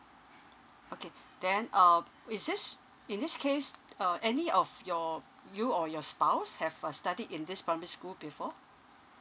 okay then um it's just in this case uh any of your you or your spouse have uh studied in this primary school before